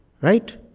Right